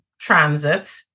transit